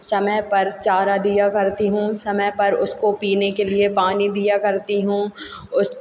समय पर चारा दिया करती हूँ समय पर उसको पीने के लिए पानी दिया करती हूँ उस